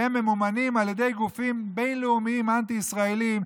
והם ממומנים על ידי גופים בין-לאומיים אנטי-ישראליים,